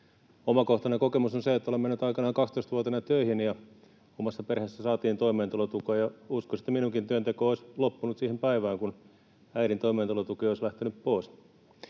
Omakohtainen kokemukseni on se, että olen mennyt aikanaan 12-vuotiaana töihin. Omassa perheessäni saatiin toimeentulotukea, ja uskoisin, että minunkin työntekoni olisi loppunut siihen päivään, kun äidin toimeentulotuki olisi lähtenyt pois.